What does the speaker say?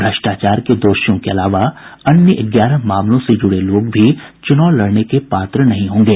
भ्रष्टाचार के दोषियों के अलावा अन्य ग्यारह मामलों से जुड़े लोग भी चुनाव लड़ने के पात्र नहीं होंगे